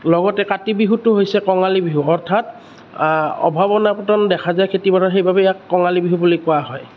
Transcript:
লগতে কাতি বিহুটো হৈছে কঙালী বিহু অৰ্থাৎ অভাৱ অনাটন দেখা যায় খেতি পথাৰত সেই বাবেই ইয়াক কঙালী বিহু বুলি কোৱা হয়